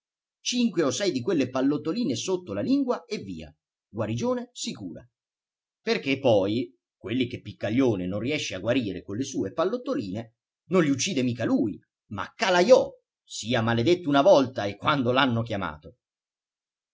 cinque o sei di quelle pallottoline sotto la lingua e via guarigione sicura perché poi quelli che piccaglione non riesce a guarire con le sue pallottoline non li uccide mica lui ma calajò sia maledetto una volta e quando l'hanno chiamato